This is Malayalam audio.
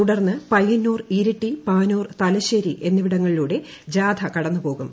തുടർന്ന് പയ്യന്നൂർ ഇരിട്ടി പാനൂർ തലശേരി എന്നിവിടങ്ങളിലൂടെ ജാഥ കടന്നുപോകും